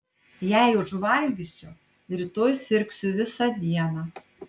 jei užvalgysiu rytoj sirgsiu visą dieną